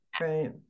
right